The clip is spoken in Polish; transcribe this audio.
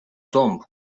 dąb